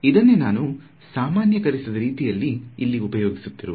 ಇದನ್ನೇ ನಾವು ಸಮಾನ್ಯಕರಿಸಿದ ರೀತಿಯಲ್ಲಿ ಇಲ್ಲಿ ಉಪಯೋಗಿಸುತ್ತಿರುವುದು